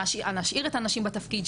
להשאיר את האנשים בתפקיד,